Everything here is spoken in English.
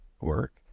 work